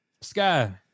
Sky